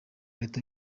leta